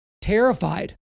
terrified